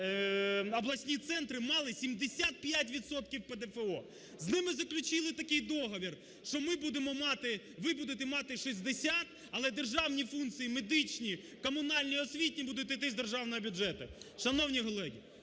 обласні центри мали 75 відсотків ПДФО, з ними заключили такий договір, що ми будемо мати, ви будете мати 60, але державні функції медичні, комунальні, освітні будуть іти з державного бюджету. Шановні колеги,